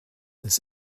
this